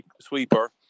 sweeper